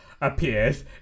appears